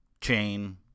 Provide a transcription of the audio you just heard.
chain